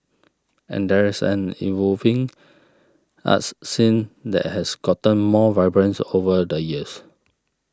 and there is an evolving arts scene that has gotten more vibrancy over the years